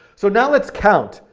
so now let's count,